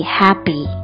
happy